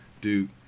Duke